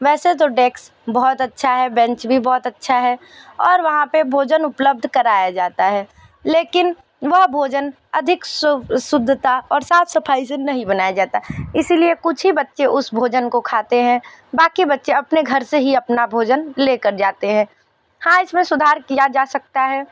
वैसे तो डेक्स बहुत अच्छा है बेंच भी बहुत अच्छा है और वहाँ पर भोजन उपलब्ध कराया जाता है लेकिन वह भोजन अधिक शुद्धता और साफ सफाई से नहीं बनाया जाता इसलिए कुछ ही बच्चे उस भोजन को खाते हैं बाकि बच्चे अपने घर से ही अपना भोजन लेकर जाते हैं हाँ इसमें सुधार किया जा सकता है